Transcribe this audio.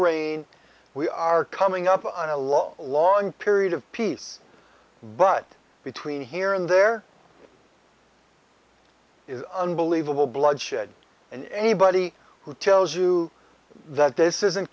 reign we are coming up on a long long period of peace but between here and there is unbelievable bloodshed and anybody who tells you that this isn't